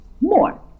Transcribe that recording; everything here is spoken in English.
more